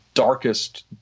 darkest